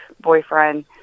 boyfriend